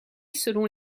selon